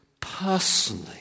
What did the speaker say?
personally